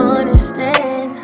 Understand